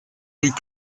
rue